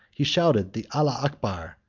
he shouted the allah acbar,